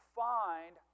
find